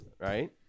Right